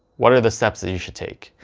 what are the steps that you should take?